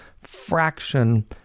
fraction